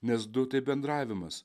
nes du tai bendravimas